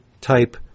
type